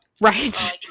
right